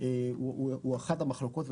הוא אחד המחלוקות.